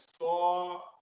saw